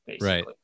Right